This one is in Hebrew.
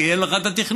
כי אין לך את התכנון.